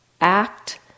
act